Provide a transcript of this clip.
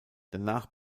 danach